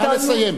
נא לסיים.